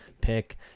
Pick